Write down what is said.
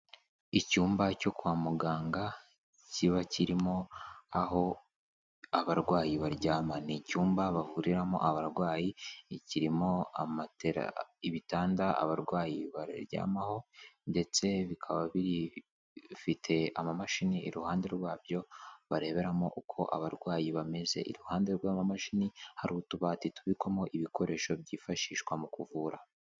Icyumba cyo kwa muganga, kiba kirimo aho abarwayi baryama, ni icyumba bavuriramo abarwayi, ikirimo amatera, ibitanda abarwayi baryamaho, ndetse bikaba bifite amamashini, iruhande rwabyo bareberamo uko abarwayi bameze, iruhande rw'amamashini hari utubati tubikwamo ibikoresho byifashishwa mu kuvura.